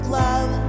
love